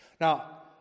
Now